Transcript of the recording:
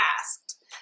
asked